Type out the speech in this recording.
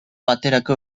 baterako